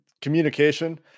Communication